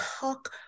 talk